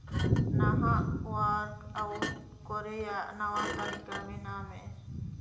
ᱱᱟᱦᱟᱜ work out ᱠᱚᱨᱮᱭᱟᱜ ᱱᱟᱶᱟ ᱛᱟᱞᱤᱠᱟ ᱵᱮᱱᱟᱣ ᱢᱮ